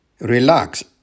relax